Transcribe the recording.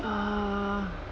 uh